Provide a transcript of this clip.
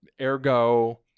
Ergo